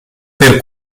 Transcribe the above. per